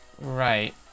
Right